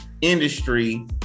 industry